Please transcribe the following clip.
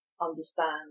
understand